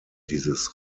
dieses